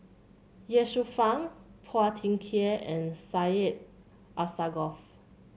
Ye Shufang Phua Thin Kiay and Syed Alsagoff